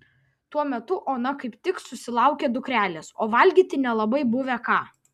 tuo metu ona kaip tik susilaukė dukrelės o valgyti nelabai buvę ką